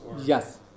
Yes